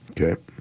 Okay